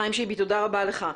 חיים שיבי, תודה רבה לך.